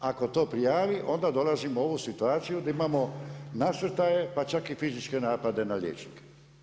Ako, to prijavi, onda dolazimo u ovu situaciju, da imamo nasrtaje, pa čak i fizičke napade na liječnike.